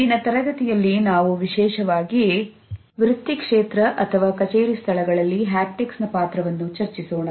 ಇಂದಿನ ತರಗತಿಯಲ್ಲಿ ನಾವು ವಿಶೇಷವಾಗಿ ವೃತ್ತಿ ಕ್ಷೇತ್ರ ಅಥವಾ ಕಚೇರಿ ಸ್ಥಳಗಳಲ್ಲಿಹ್ಯಾಪ್ಟಿಕ್ಸ್ನ ಪಾತ್ರವನ್ನು ಚರ್ಚಿಸೋಣ